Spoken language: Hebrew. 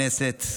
חברי הכנסת,